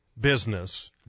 business